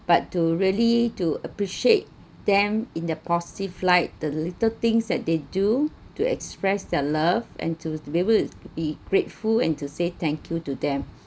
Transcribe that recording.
but to really to appreciate them in the positive light the little things that they do to express their love and to deliver the grateful and to say thank you to them